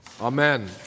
Amen